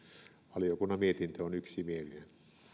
valiokunnan mietintö on yksimielinen